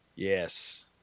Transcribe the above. Yes